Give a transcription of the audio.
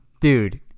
Dude